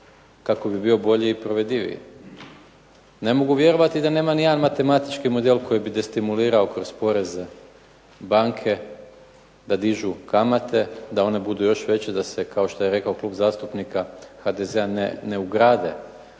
kako bi bio bolji i provedljiviji. Ne mogu vjerovati da nema ni jedan matematički model koji bi destimulirao kroz poreze banke da dižu kamate da one budu još veće da se kao što je rekao Klub zastupnika HDZ-a ne ugrade,